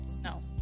No